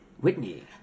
Whitney